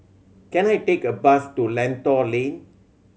can I take a bus to Lentor Lane